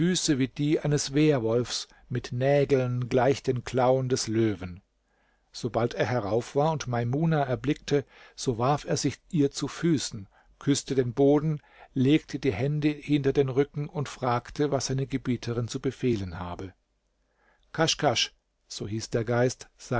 die eines wehrwolfs mit nägeln gleich den klauen des löwen sobald er herauf war und maimuna erblickte so warf er sich ihr zu füßen küßte den boden legte die hände hinter den rücken und fragte was seine gebieterin zu befehlen habe kaschkasch so hieß der geist